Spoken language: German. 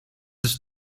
ist